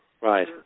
Right